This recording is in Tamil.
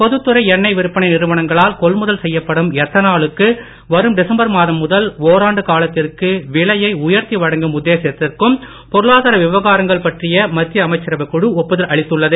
பொதுத்துறை எண்ணெய் விற்பனை நிறுவனங்களால் கொள்முதல் செய்யப்படும் எத்தனாலுக்கு வரும் டிசம்பர் மாதம் முதல் ஓராண்டு காலத்திற்கு விலையை உயர்த்தி வழங்கும் உத்தேசத்திற்கும் பொருளாதார விவகாரங்கள் பற்றிய மத்திய அமைச்சரவைக் குழு ஒப்புதல் அளித்துள்ளது